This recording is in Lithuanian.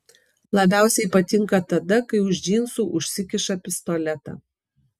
labiausiai patinka tada kai už džinsų užsikiša pistoletą